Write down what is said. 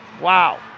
Wow